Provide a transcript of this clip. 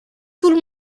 tout